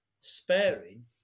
sparing